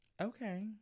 okay